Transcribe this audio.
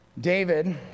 David